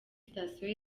sitasiyo